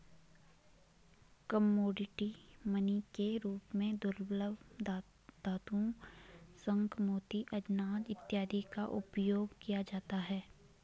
commodity money के रूप में दुर्लभ धातुओं शंख मोती अनाज इत्यादि का उपयोग किया जाता है